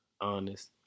Honest